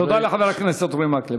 תודה לחבר הכנסת אורי מקלב.